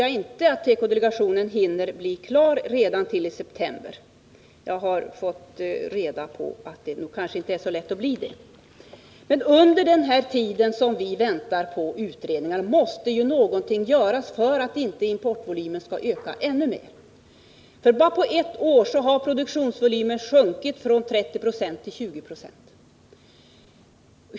Jag tror dessutom att tekodelegationen inte hinner bli klar med sitt arbete till september. Jag har fått reda på att det kanske inte blir så lätt för delegationen att hinna det. Under den tid då vi väntar på utredningar måste någonting göras, för att inte importvolymen skall öka ännu mer. Bara på ett år har konsumtionsvolymen sjunkit från 30 till 20 26.